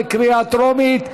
בקריאה טרומית.